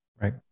Right